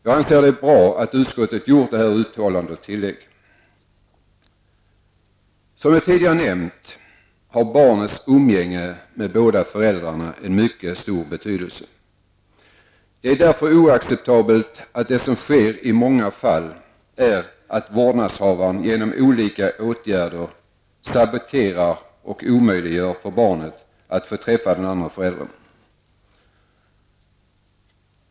Jag anser att det är bra att utskottet gjort detta uttalande och tillägg. Som jag tidigare nämnt har barnets umgänge med båda föräldrarna en mycket stor betydelse. Det är därför oacceptabelt att det som sker i många fall är att vårdnadshavaren genom olika åtgärder saboterar och omöjliggör för barnet att få träffa den andra föräldern.